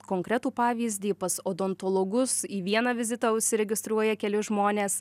konkretų pavyzdį pas odontologus į vieną vizitą užsiregistruoja keli žmonės